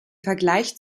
vergleich